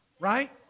Right